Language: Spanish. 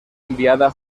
enviada